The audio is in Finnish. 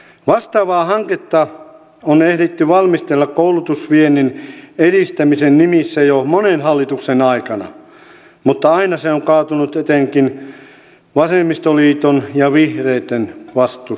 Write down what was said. vastaavaa hanketta on ehditty valmistella koulutusviennin edistämisen nimissä jo monen hallituksen aikana mutta aina se on kaatunut etenkin vasemmistoliiton ja vihreitten vastustukseen